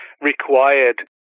required